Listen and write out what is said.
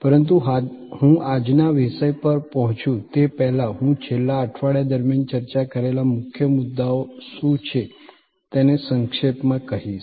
પરંતુ હું આજના વિષય પર પહોંચું તે પહેલાં હું છેલ્લા અઠવાડિયા દરમિયાન ચર્ચા કરેલા મુખ્ય મુદ્દાઓ શું છે તેને સંક્ષેપમાં કહીશ